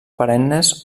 perennes